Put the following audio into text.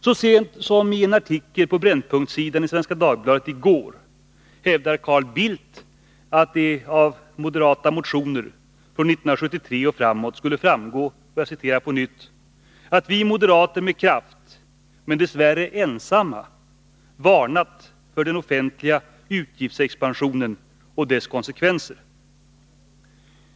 Så sent som i går i en artikel på brännpunktssidan i Svenska Dagbladet hävdar Carl Bildt att det av moderata motioner från 1973 och framåt skulle framgå att ”vi moderater med kraft, men dessvärre ensamma, varnat för den offentliga utgiftsutvecklingen och dess konsekvenser”.